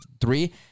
three